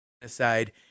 genocide